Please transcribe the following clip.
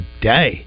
today